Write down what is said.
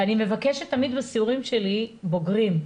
ואני מבקשת תמיד בסיורים שלי בוגרים.